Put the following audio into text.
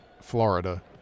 Florida